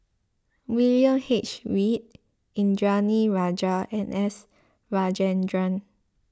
William H Read Indranee Rajah and S Rajendran